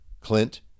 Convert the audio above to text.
Clint